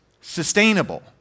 sustainable